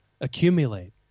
accumulate